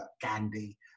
Gandhi